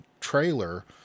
trailer